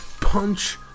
punch